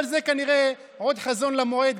אבל זה כנראה עוד חזון למועד.